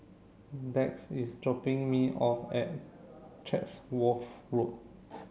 Dax is dropping me off at Chatsworth Road